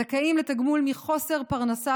הזכאים לתגמול מחוסר פרנסה,